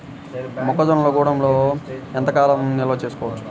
మొక్క జొన్నలు గూడంలో ఎంత కాలం నిల్వ చేసుకోవచ్చు?